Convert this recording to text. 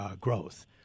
growth